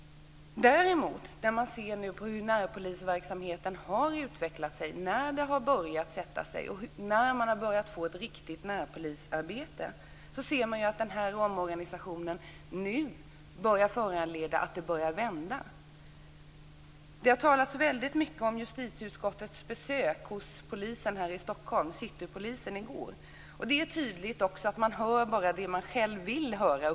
Nu kan man se att närpolisverksamheten har börjat sätta sig och utvecklas. Ett riktigt närpolisarbete har kommit i gång. Omorganisationen har lett till att det nu börjar vända. Det har talats mycket om justitieutskottets besök hos citypolisen i Stockholm i går. Det är tydligt att man bara hör det man själv vill höra.